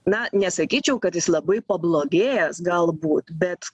na nesakyčiau kad jis labai pablogėjęs galbūt bet